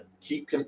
keep